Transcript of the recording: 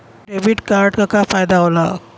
Debit card क का फायदा हो ला?